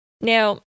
Now